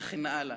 וכן הלאה.